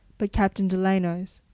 but captain delano's.